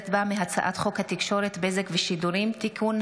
בה מהצעת חוק התקשורת (בזק ושידורים) (תיקון,